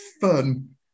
fun